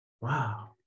wow